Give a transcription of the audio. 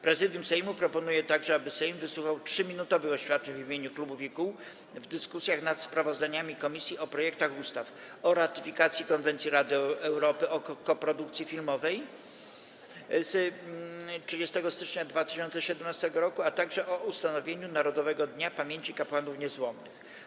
Prezydium Sejmu proponuje także, aby Sejm wysłuchał 3-minutowych oświadczeń w imieniu klubów i kół w dyskusjach nad sprawozdaniami komisji o projektach ustaw: - o ratyfikacji Konwencji Rady Europy o koprodukcji filmowej z 30 stycznia 2017 r., - o ustanowieniu Narodowego Dnia Pamięci Kapłanów Niezłomnych.